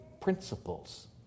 principles